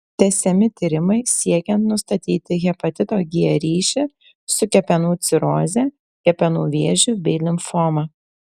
tęsiami tyrimai siekiant nustatyti hepatito g ryšį su kepenų ciroze kepenų vėžiu bei limfoma